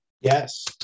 Yes